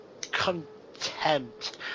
contempt